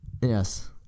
Yes